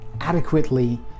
Adequately